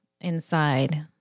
inside